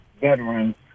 veterans